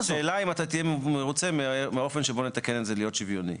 השאלה אם אתה תהיה מרוצה מהאופן שבו נתקן את זה להיות שוויוני?